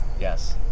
yes